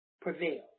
prevail